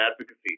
advocacy